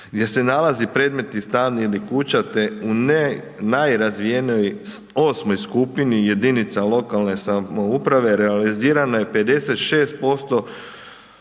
gdje se nalazi predmetni stan ili kuća te u ne najrazvijenijoj osmoj skupini jedinice lokalne samouprave realizirano je 56%,